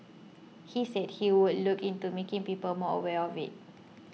he said he would look into making people more aware of it